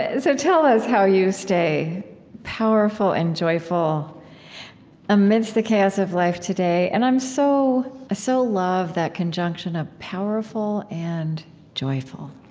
ah so tell us how you stay powerful and joyful amidst the chaos of life today and i so so love that conjunction of powerful and joyful